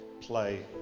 play